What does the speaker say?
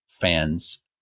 fans